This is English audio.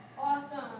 Awesome